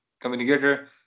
communicator